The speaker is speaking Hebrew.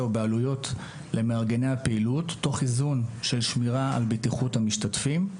ובעלויות למארגני הפעילות תוך איזון של שמירה על בטיחות המשתתפים.